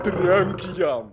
trenk jam